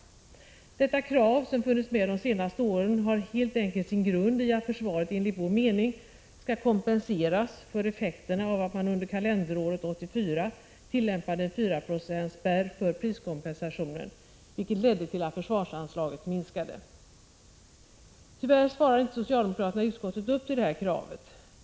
Detta krav, som funnits med de senaste åren, har helt enkelt sin grund i att försvaret enligt vår mening skall kompenseras för effekterna av att man under kalenderåret 1984 tillämpade en 4-procentsspärr för priskompensationen, vilket ledde till att försvarsanslaget minskade. Tyvärr svarar inte socialdemokraterna i utskottet upp till det kravet.